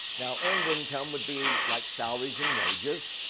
now, earned income would be like salaries and wages.